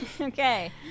Okay